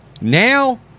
Now